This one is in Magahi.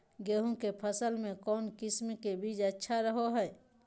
गेहूँ के फसल में कौन किसम के बीज अच्छा रहो हय?